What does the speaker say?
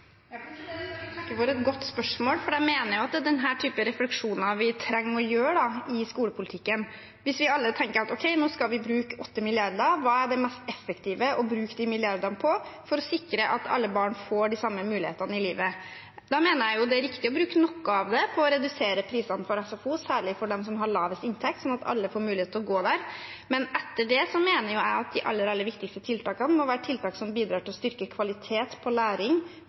Jeg vil takke for et godt spørsmål, for jeg mener det er denne typen refleksjoner vi trenger å gjøre oss i skolepolitikken. Hvis vi alle tenker at nå skal vi bruke 8 mrd. kr, hva er da det mest effektivt å bruke de milliardene på for å sikre at alle barn får de samme mulighetene i livet? Da mener jeg det er riktig å bruke noe av det på å redusere prisene på SFO, særlig for dem med lavest inntekt, slik at alle får mulighet til å gå der. Men etter det mener jeg at de aller, aller viktigste tiltakene må være tiltak som bidrar til å styrke kvaliteten på læring